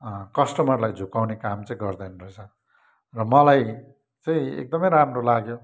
कस्टमरलाई झुक्काउने काम चाहिँ गर्दैन रहेछ र मलाई चाहिँ एकदमै राम्रो लाग्यो